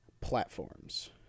platforms